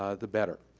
ah the better.